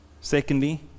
Secondly